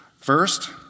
First